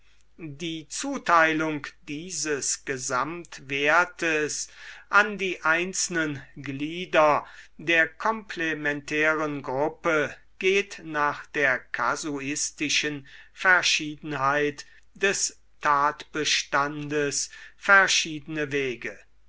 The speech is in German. die zuteilung dieses gesamtwertes an die einzelnen glieder der komplementären gruppe geht nach der kasuistischen verschiedenheit des tatbestandes verschiedene wege